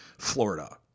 Florida